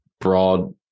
broad